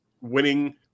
winning